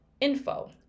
info